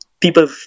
people